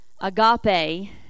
Agape